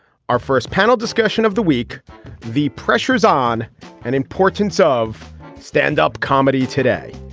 our first panel discussion of the week the pressure is on and importance of stand up comedy today.